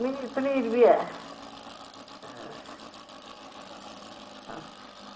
नेईं पनीर बी ऐ